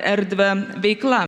erdvę veikla